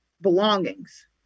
belongings